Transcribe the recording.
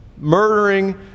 Murdering